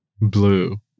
Blue